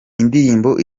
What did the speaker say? indirimbo